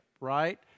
right